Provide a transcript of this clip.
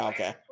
Okay